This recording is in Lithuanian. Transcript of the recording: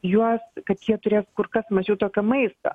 juos kad jie turės kur kas mažiau tokio maisto